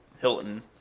Hilton